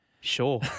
Sure